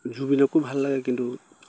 জুবিনকো ভাল লাগে কিন্তু